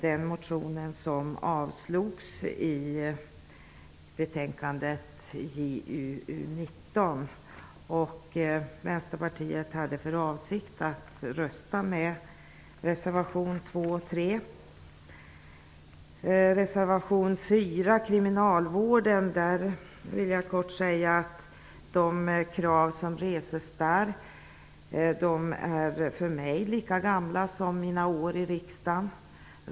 Den motionen avstyrktes i betänkandet JuU19. Vänsterpartiet hade för avsikt att rösta med reservation 2 och 3. Reservation 4 rör kriminalvården. De krav som reses i den reservationen är för mig lika gamla som min tid i riksdagen har varit lång.